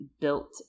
built